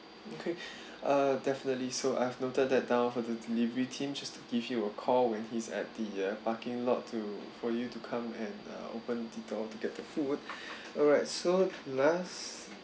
okay uh definitely so I've noted that down for the delivery team just to give you a call when he's at the uh parking lot to for you to come and uh open the door to get the food alright so last